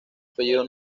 apellido